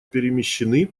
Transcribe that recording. перемещены